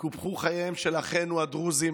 קופחו חייהם של אחינו הדרוזים,